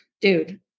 dude